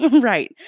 right